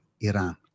Iran